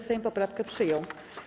Sejm poprawkę przyjął.